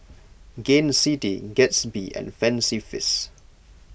Gain City Gatsby and Fancy Feast